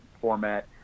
format